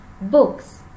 books